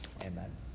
Amen